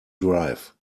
drive